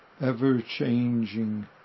ever-changing